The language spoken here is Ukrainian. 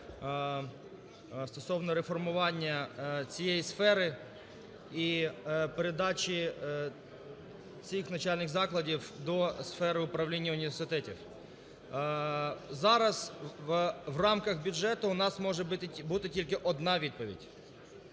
Стосовно реформування цієї сфери і передачі цих навчальних закладів до сфери управління університетів, зараз в рамках бюджету у нас може бути тільки одна відповідь